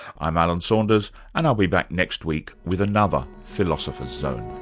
i'm alan saunders and i'll be back next week with another philosopher's zone